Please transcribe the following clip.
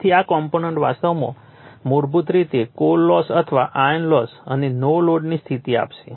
તેથી આ કોમ્પોનન્ટ વાસ્તવમાં મૂળભૂત રીતે તે કોર લોસ અથવા આયર્ન લોસ અને નો લોડની સ્થિતિ આપશે